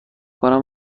کنم